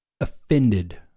offended